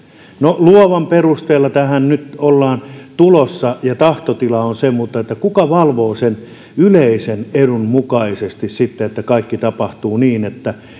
no luovan perusteella tähän nyt ollaan tulossa ja tahtotila on se mutta kuka valvoo sen yleisen edun mukaisesti sitten että kaikki tapahtuu niin että